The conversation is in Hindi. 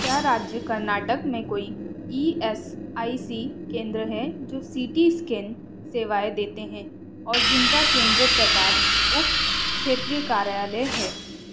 क्या राज्य कर्नाटक में कोई ई एस आई सी केंद्र हैं जो सी टी स्कैन सेवाएँ देते हैं और जिनका केंद्र प्रकार उप क्षेत्रीय कार्यालय है